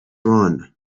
run